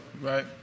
right